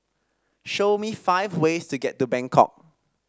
show me five ways to get to Bangkok